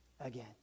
again